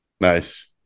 Nice